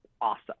awesome